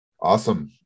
awesome